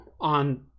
on